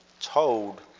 told